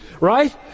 right